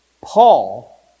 Paul